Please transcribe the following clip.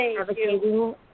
advocating